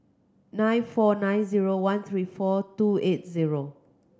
nine four nine zero one three four two eight zero